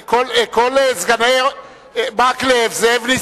נסים זאב,